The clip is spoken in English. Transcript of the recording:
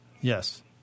Yes